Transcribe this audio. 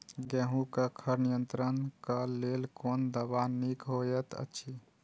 गेहूँ क खर नियंत्रण क लेल कोन दवा निक होयत अछि?